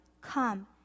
Come